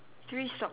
three socks